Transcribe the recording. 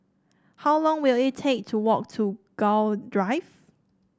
how long will it take to walk to Gul Drive